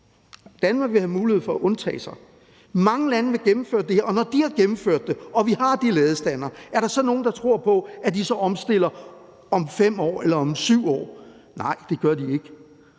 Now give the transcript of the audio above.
Danmark vil have mulighed for at undtage sig. Mange lande vil gennemføre det her, og når de har gennemført det og vi har de ladestandere, er der så nogen, der tror på, at de så omstiller om 5 år eller om 7 år? Nej, det gør de ikke.